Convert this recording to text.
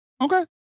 okay